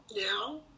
Now